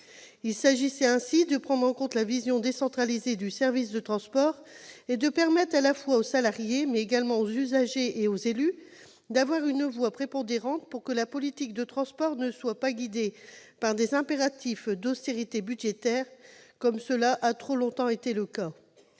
Il s'agissait pour nous de prendre en compte la vision décentralisée du service de transport et de permettre aux salariés, comme aux usagers et aux élus, d'avoir une voix prépondérante pour que la politique de transport soit non pas guidée par des impératifs d'austérité budgétaire- cela a trop longtemps été le cas